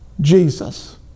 Jesus